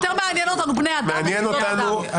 יותר מעניין אותנו בני אדם וזכויות אדם.